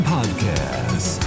Podcast